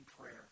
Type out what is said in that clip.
prayer